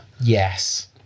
Yes